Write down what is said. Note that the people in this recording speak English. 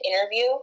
interview